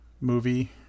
movie